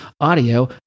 audio